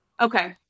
okay